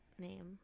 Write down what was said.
name